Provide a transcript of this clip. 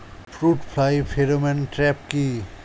Fruit fly pheromone trap কি?